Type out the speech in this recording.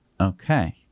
Okay